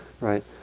right